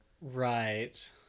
Right